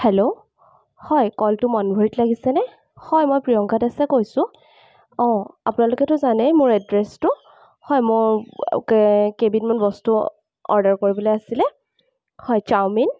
hello হয় কলটো মনোহৰীত লাগিছেনে হয় মই প্ৰিয়ংকা দাসে কৈছোঁ অঁ আপোনালোকেতো জানেই মোৰ এড্ৰেছটো হয় মোৰ কে কেইবিধমান বস্তু অৰ্ডাৰ কৰিবলৈ আছিলে হয় চাওমিন